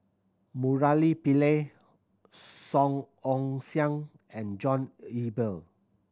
Murali Pillai Song Ong Siang and John Eber